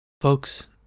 Folks